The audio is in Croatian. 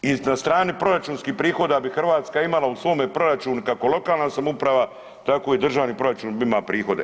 I na strani proračunskih prihoda bi Hrvatska imala u svome proračunu kako lokalna samouprava tako i državni proračun bi imao prihode.